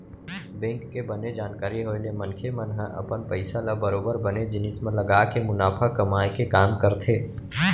bank के बने जानकारी होय ले मनखे मन ह अपन पइसा ल बरोबर बने जिनिस म लगाके मुनाफा कमाए के काम करथे